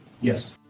Yes